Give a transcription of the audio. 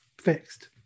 fixed